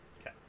Okay